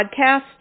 Podcast